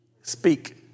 Speak